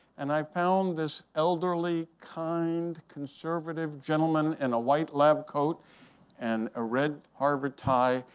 and i found this elderly, kind, conservative, gentleman in a white lab coat and a red harvard tie.